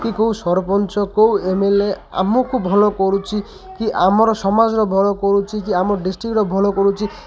କି କେଉଁ ସରପଞ୍ଚ କେଉଁ ଏମ ଏଲ୍ ଏ ଆମକୁ ଭଲ କରୁଛି କି ଆମର ସମାଜର ଭଲ କରୁଛି କି ଆମ ଡିଷ୍ଟ୍ରିକ୍ଟର ଭଲ କରୁଛି